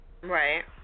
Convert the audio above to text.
Right